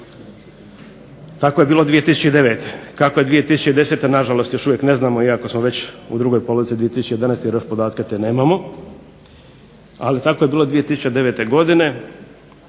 Tako je bilo 2009. Kako je 2010. na žalost još uvijek ne znamo iako smo već u drugoj polovici 2011. jer podatke te nemamo. Ali tako je bilo 2009. godine.